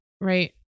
right